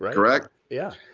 correct? yeah.